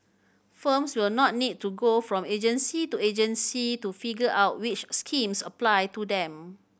firms will not need to go from agency to agency to figure out which schemes apply to them